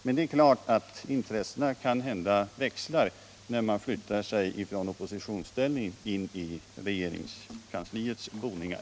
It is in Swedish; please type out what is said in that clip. Men det är kanske så att åsikterna växlar när man flyttar över från oppositionsställning in i regeringskansliets boningar.